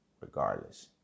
regardless